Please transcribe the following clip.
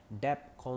debt